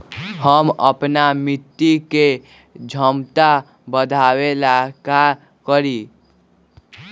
हम अपना मिट्टी के झमता बढ़ाबे ला का करी?